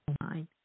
mind